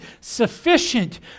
sufficient